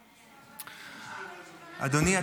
אדוני,